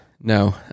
No